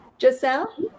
Giselle